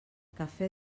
café